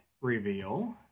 reveal